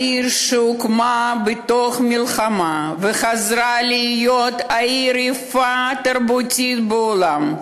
העיר שהוקמה בתוך מלחמה וחזרה להיות העיר היפה והתרבותית בעולם.